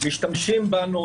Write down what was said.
משתמשים בנו,